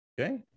Okay